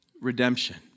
redemption